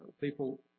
people